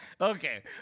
Okay